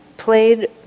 played